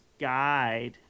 guide